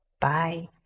Bye